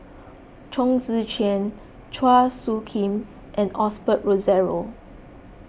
Chong Tze Chien Chua Soo Khim and Osbert Rozario